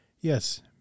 Yes